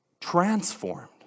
transformed